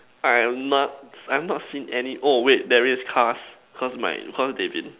I'm not I have not seen any oh wait there's cars cause me cause they have been